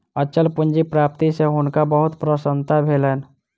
अचल पूंजी प्राप्ति सॅ हुनका बहुत प्रसन्नता भेलैन